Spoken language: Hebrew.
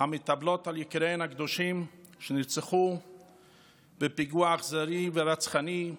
המתאבלות על יקיריהן הקדושים שנרצחו בפיגוע אכזרי ורצחני,